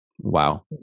Wow